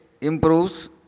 improves